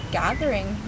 gathering